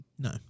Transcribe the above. No